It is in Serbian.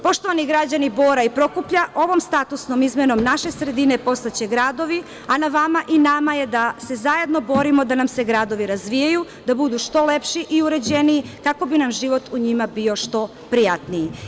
Poštovani građani Bora i Prokuplja, ovom statusnom izmenom naše sredine postaće gradovi, a na vama i nama je da se zajedno borimo da nam se gradovi razvijaju, da budu što lepši i uređeniji kako bi nam život u njima bio što prijatniji.